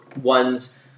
ones